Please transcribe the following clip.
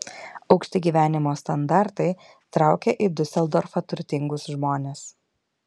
aukšti gyvenimo standartai traukia į diuseldorfą turtingus žmones